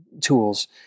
tools